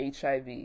HIV